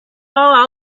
all